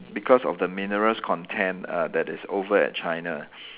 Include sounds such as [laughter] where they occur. because of the minerals content uh that is over at China [breath]